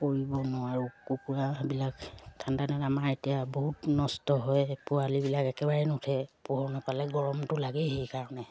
কৰিব নোৱাৰোঁ কুকুৰাবিলাক ঠাণ্ডাদিনত আমাৰ এতিয়া বহুত নষ্ট হয় পোৱালিবিলাক একেবাৰেই নুঠে পোহৰ নাপালে গৰমটো লাগেই সেইকাৰণে